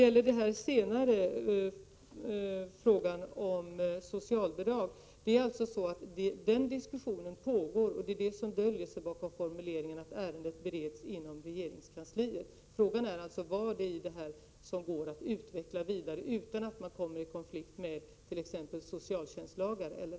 Beträffande frågan om socialbidrag: Den diskussionen pågår, och det är vad som döljer sig bakom formuleringen att ärendet bereds i regeringskansliet. Frågan gäller vad som går att utveckla vidare utan att man kommer i konflikt med t.ex. socialtjänstlagar.